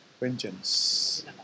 Vengeance